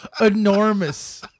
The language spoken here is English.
Enormous